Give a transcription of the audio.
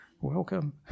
Welcome